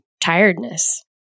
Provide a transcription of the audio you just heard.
tiredness